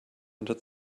unter